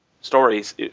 Stories